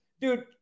Dude